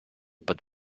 but